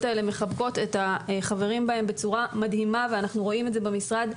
האלה מחבקות את החברים בהן בצורה מדהימה ואנחנו רואים את זה במשרד.